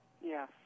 Yes